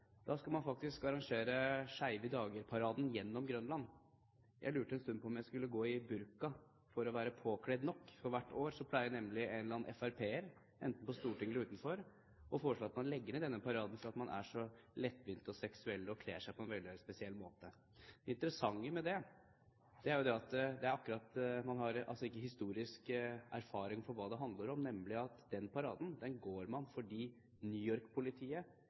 Da skal faktisk Skeive dager-paraden gå gjennom Grønland. Jeg lurte en stund på om jeg skulle gå i burka for å være påkledd nok, for hvert år pleier nemlig en eller annen fremskrittspartipolitiker, enten på Stortinget eller utenfor, å foreslå at man legger ned denne paraden fordi man er så lettvint og seksuell og kler seg på en veldig spesiell måte. Det interessante med det er jo at man ikke akkurat har den historiske erfaringen med hva det handler om, nemlig at den paraden går man i fordi